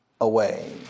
away